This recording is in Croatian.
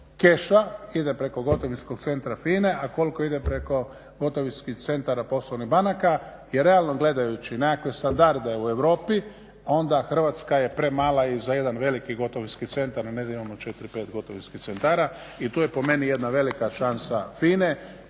keša ide preko gotovinskog centra FINA-e, a koliko ide preko gotovinskih centara poslovnih banka jer realno gledajući nekakve standarde u Europi onda je Hrvatska premala i za jedan veliki gotovinski centar, a ne da imamo 4, 5 gotovinskih centara i tu je po meni jedna velika šansa FINA-e